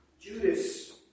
Judas